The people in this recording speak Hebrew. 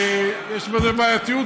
ויש בזה בעייתיות,